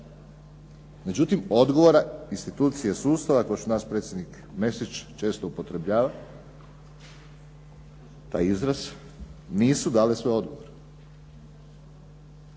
Međutim, odgovora, institucije sustava kao što naš predsjednik Mesić često upotrjebljava, taj izraz nisu dali sve odgovore.